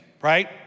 right